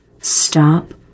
stop